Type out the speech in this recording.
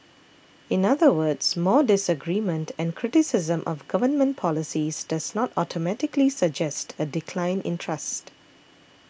in other words more disagreement and criticism of government policies does not automatically suggest a decline in trust